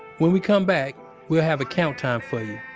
when we come back we'll have a count time for you.